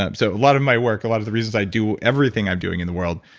um so a lot of my work, a lot of the reasons i do everything i'm doing in the world,